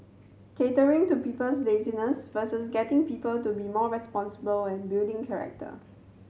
catering to people's laziness versus getting people to be more responsible and building character